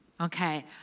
Okay